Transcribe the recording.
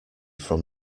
from